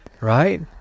Right